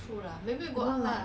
and on your laptop